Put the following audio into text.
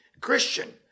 Christian